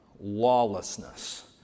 lawlessness